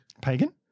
Pagan